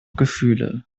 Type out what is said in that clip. gefühle